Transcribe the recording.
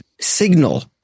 signal